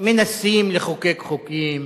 מנסים לחוקק חוקים,